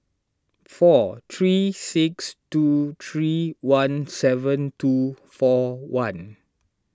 four three six two three one seven two four one